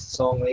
song